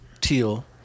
Teal